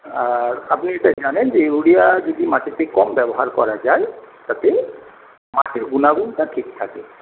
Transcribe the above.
আর আপনি এটা জানেন যে ইউরিয়া যদি মাটিতে কম ব্যবহার করা যায় তাতে মাটির গুনাগুনটা ঠিক থাকে